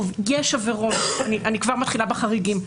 אתחיל בחריגים,